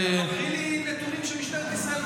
אתה מקריא לי נתונים שמשטרת ישראל,